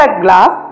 glass